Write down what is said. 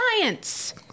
science